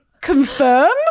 confirm